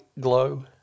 glow